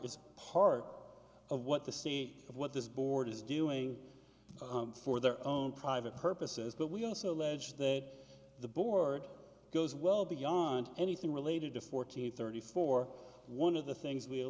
is part of what the c of what this board is doing for their own private purposes but we also allege that the board goes well beyond anything related to fourteen thirty four one of the things we a